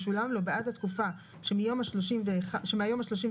ישולם לו בעד התקופה שמהיום ה-31 מהתאריך